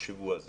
תחשבו על זה.